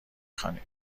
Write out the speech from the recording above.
خوانید